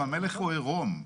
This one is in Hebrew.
המלך הוא עירום,